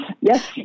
yes